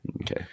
Okay